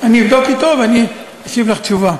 אני אבדוק אתו ואני אשיב לך תשובה.